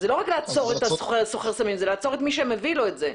זה לא רק לעצור את הסוחר סמים זה לעצור את מי שמביא לו את זה.